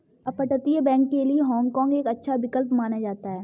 अपतटीय बैंक के लिए हाँग काँग एक अच्छा विकल्प माना जाता है